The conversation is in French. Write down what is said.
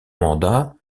mandat